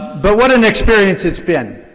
but what an experience it's been.